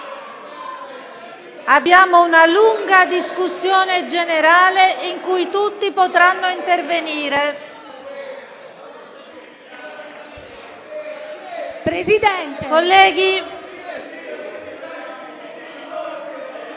abbiamo una lunga discussione generale in cui tutti potranno intervenire.